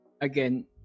again